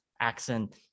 accent